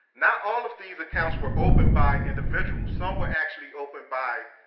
not all of these accounts were opened by individuals. some were actually opened by